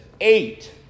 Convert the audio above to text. eight